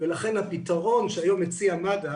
ולכן הפתרון שמציע מד"א